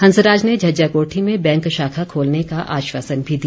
हंसराज ने झज्जा कोठी में बैंक शाखा खोलने का आश्वासन भी दिया